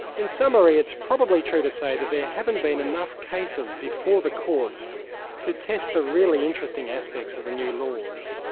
in summary, it's probably true to say that there haven't been enough cases before the courts to test the really interesting aspects of the new laws,